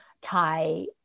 tie